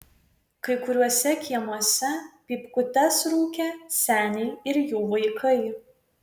kai kuriuose kiemuose pypkutes rūkė seniai ir jų vaikai